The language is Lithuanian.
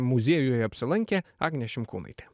muziejuje apsilankė agnė šimkūnaitė